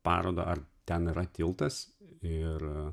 parodą ar ten yra tiltas ir